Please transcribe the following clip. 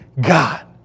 God